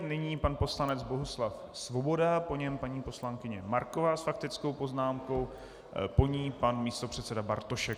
Nyní pan poslanec Bohuslav Svoboda, po něm paní poslankyně Marková s faktickou poznámkou, po ní pan místopředseda Bartošek.